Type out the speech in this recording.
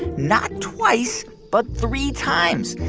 not twice but three times.